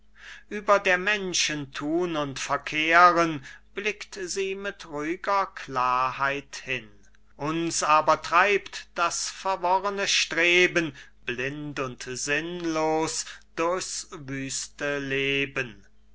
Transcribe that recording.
über der menschen thun und verkehren blickt sie mit ruhiger klarheit hin uns aber treibt das verworrene streben blind und sinnlos durchs wüste leben